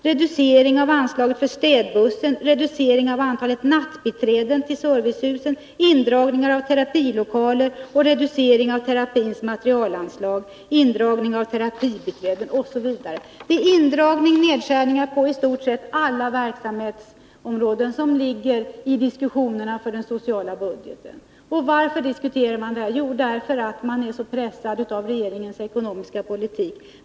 Reduceringar när det gäller anslaget för städbussen, antalet nattbiträden på servicehusen och terapins materialanslag samt indragningar av terapilokaler och terapibiträden är ytterligare exempel. Det är indragningar och nedskärningar på i stort sett alla verksamhetsområden som omfattas av den sociala budgeten. Varför förs dessa diskussioner? Jo, därför att kommunerna är så pressade av regeringens ekonomiska politik.